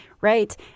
right